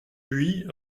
buis